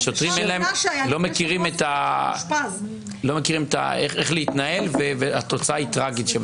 שוטרים לא מכירים איך להתנהל, והתוצאה היא טרגית.